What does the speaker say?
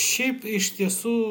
šiaip iš tiesų